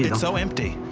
yeah so empty.